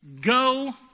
Go